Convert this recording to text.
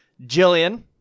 Jillian